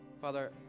Father